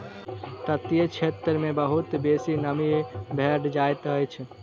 तटीय क्षेत्र मे बहुत बेसी नमी बैढ़ जाइत अछि